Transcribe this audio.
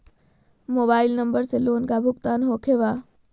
Mobile number से loan का भुगतान होखे बा?